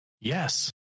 yes